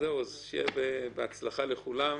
שיהיה בהצלחה לכולם.